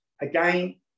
again